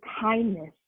kindness